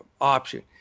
option